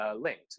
linked